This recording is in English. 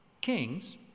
kings